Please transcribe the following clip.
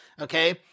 Okay